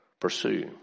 Pursue